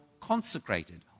consecrated